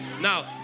now